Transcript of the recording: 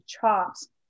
chops